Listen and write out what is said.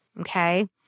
okay